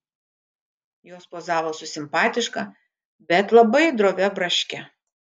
jos pozavo su simpatiška bet labai drovia braške